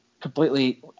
completely